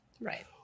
Right